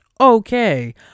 okay